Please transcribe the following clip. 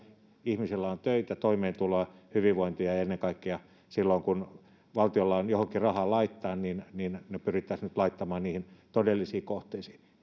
ihmisillä on töitä toimeentuloa hyvinvointia ja ja ennen kaikkea silloin kun valtiolla on johonkin rahaa laittaa niin niin ne pyrittäisiin nyt laittamaan niihin todellisiin kohteisiin